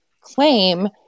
claim